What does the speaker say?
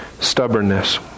stubbornness